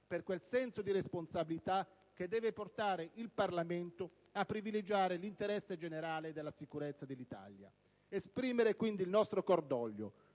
per quel senso di responsabilità che deve portare il Parlamento a privilegiare l'interesse generale della sicurezza dell'Italia. Esprimere quindi il nostro cordoglio